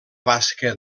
basca